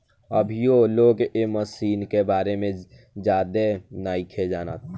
अभीयो लोग ए मशीन के बारे में ज्यादे नाइखे जानत